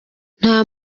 nta